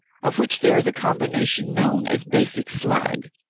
of which there is a combination known as basic slag,